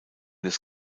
des